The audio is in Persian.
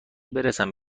برسم